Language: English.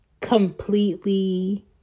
completely